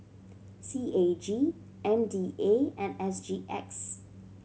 C A G M D A and S G X